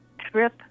trip